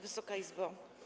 Wysoka Izbo!